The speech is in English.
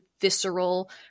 visceral